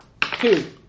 Two